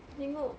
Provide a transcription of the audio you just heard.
tengok